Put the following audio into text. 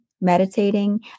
meditating